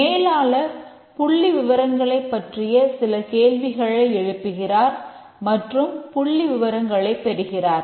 மேலாளர் புள்ளி விவரங்களைப் பற்றிய சில கேள்விகளை எழுப்புகிறார் மற்றும் புள்ளி விவரங்களைப் பெறுகிறார்